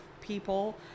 people